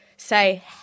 say